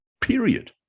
period